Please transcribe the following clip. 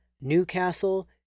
Newcastle